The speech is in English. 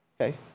Okay